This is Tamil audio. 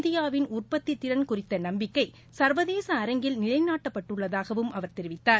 இந்தியாவின் உற்பத்தி திறன் குறித்த நம்பிக்கை சர்வதேச அரங்கில் நிலைநாட்டப்பட்டுள்ளதாகவும் அவர் தெரிவித்தார்